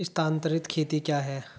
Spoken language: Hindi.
स्थानांतरित खेती क्या है?